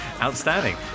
Outstanding